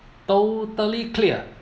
totally clear